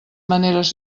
manera